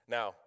Now